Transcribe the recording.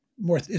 more